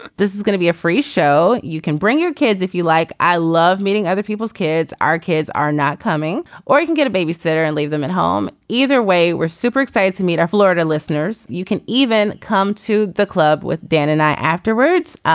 this is gonna be a free show. you can bring your kids if you like. i love meeting other people's kids. our kids are not coming or you can get a babysitter and leave them at home. either way we're super excited to meet our florida listeners. you can even come to the club with dan and i afterwards.